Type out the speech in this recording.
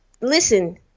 listen